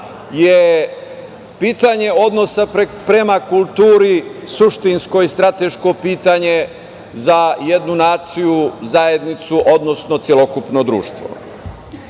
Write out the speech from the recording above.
je pitanje odnosa prema kulturi suštinsko i strateško pitanje za jednu naciju, zajednicu, odnosno celokupno društvo.S